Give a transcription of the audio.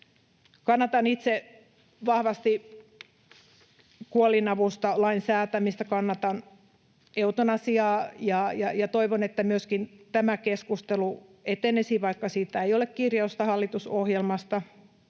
Kannatan itse vahvasti kuolinavusta lain säätämistä, kannatan eutanasiaa, ja toivon, että myöskin tämä keskustelu etenisi, vaikka siitä ei ole kirjausta hallitusohjelmassa.